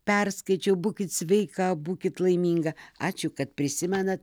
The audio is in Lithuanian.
perskaičiau būkit sveika būkit laiminga ačiū kad prisimenat